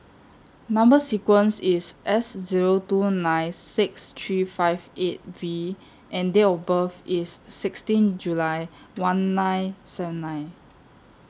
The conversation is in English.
Number sequence IS S Zero two nine six three five eight V and Date of birth IS sixteen July one nine seven nine